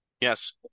Yes